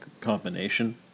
combination